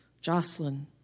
Jocelyn